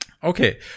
okay